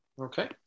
Okay